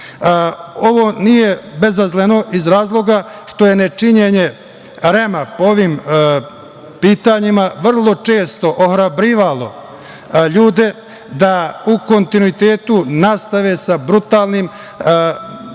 nije bezazleno, iz razloga što je nečinjenje REM-a po ovim pitanjima vrlo često ohrabrivalo ljude da u kontinuitetu nastave sa brutalnim